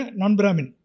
non-Brahmin